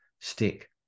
stick